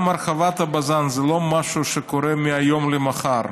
גם הרחבת בז"ן זה לא משהו שקורה מהיום למחר,